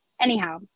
Anyhow